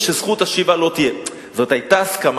הסכם